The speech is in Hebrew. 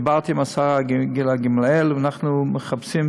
דיברתי עם השרה גילה גמליאל, ואנחנו מחפשים.